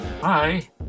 Hi